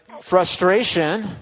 frustration